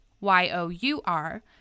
Y-O-U-R